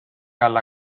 alla